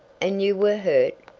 and you were hurt.